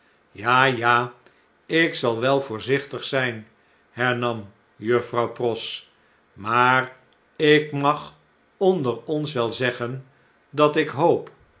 ja ja ik zal wel voorzichtig ztjn hernam juffrouw pross maar ik mag onder ons wel zeggen dat ik hoop